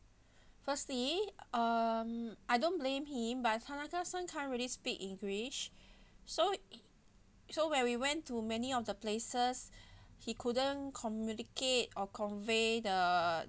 firstly um I don't blame him but tanaka san can't really speak english so so when we went to many of the places he couldn't communicate or convey the